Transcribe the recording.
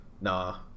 nah